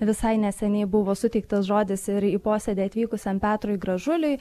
visai neseniai buvo suteiktas žodis ir į posėdį atvykusiam petrui gražuliui